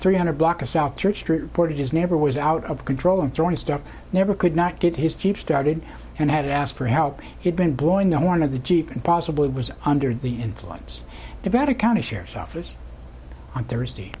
three hundred block of south church street reported his neighbor was out of control and throwing stuff never could not get his jeep started and had asked for help he'd been blowing the horn of the jeep and possibly was under the influence of bad a county sheriff's office on thursday